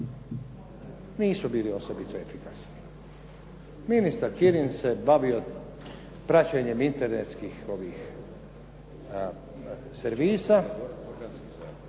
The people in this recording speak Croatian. nisu bili osobito efikasni. Ministar Kirin se bavio praćenjem internetskih servisa,